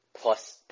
plus